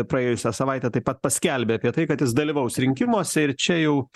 praėjusią savaitę taip pat paskelbė apie tai kad jis dalyvaus rinkimuose ir čia jau